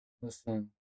Listen